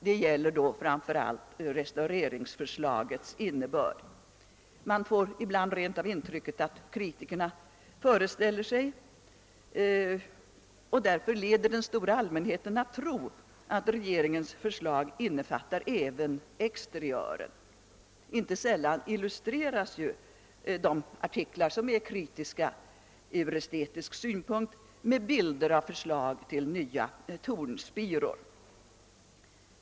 Det gäller då framför allt restaureringsförslagets innebörd. Ibland får man rent av intrycket att kritikerna föreställer sig — och därför leder den stora allmänheten att tro — att regeringens förslag innefattar även exteriören. Inte sällan illustreras sådana ur estetisk synpunkt kritiska artiklar med bilder av förslag till nya tornspiror.